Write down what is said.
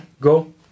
go